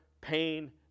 pain